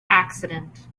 accident